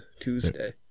Tuesday